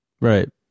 Right